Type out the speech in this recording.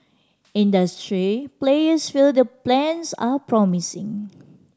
industry players feel the plans are promising